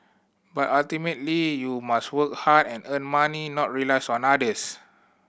but ultimately you must work hard and earn money not rely on others